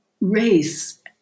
race